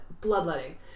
bloodletting